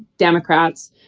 democrats,